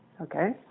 okay